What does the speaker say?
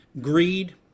greed